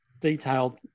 detailed